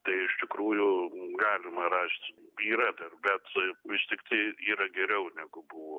tai iš tikrųjų galima rast yra dar bet vis tiktai yra geriau negu buvo